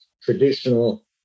traditional